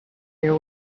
there